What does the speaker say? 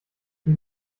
sie